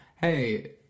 hey